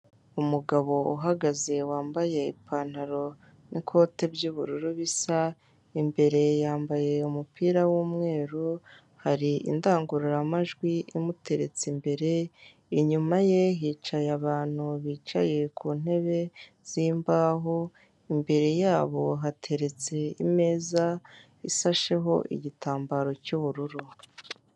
Umugabo uhagaze wambaye ipantalo n'ikote ry'uburu bisa imbere yambaye umupira w'umweru hari indangururamajwi imuteretse imbere, inyuma ye hicaye abantu bicaye ku nzebe z'imbaho, imbere yabo hateretse imeza isasheho igitambaro cy'ubururu.